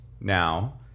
now